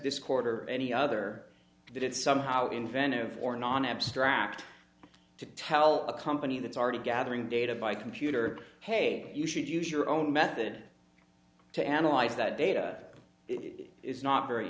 his quarter or any other that it somehow inventive or non abstract to tell a company that's already gathering data by computer hey you should use your own method to analyze that data is not very